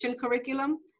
curriculum